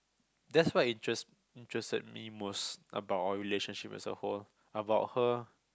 that's what interest interested me most about our relationship as a whole about her